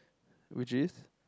which is